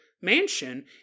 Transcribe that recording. mansion